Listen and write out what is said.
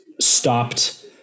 stopped